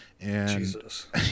Jesus